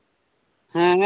ᱦᱮᱸ